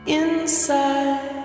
inside